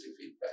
feedback